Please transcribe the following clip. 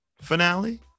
finale